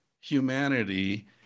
humanity